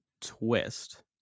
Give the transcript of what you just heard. Twist